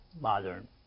modern